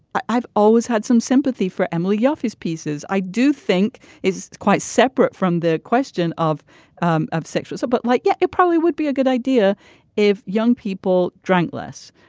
i've always had some sympathy for emily yoffe his pieces i do think it's quite separate from the question of um of sexual assault so but like yeah it probably would be a good idea if young people drank less.